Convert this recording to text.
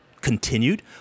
Continued